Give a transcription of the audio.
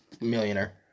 Millionaire